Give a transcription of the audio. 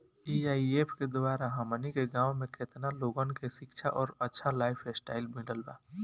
AIF के द्वारा हमनी के गांव में केतना लोगन के शिक्षा और अच्छा लाइफस्टाइल मिलल बा